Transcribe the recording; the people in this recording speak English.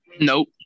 Nope